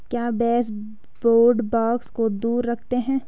क्या baseboard bugs को दूर रखते हैं?